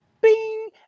Bing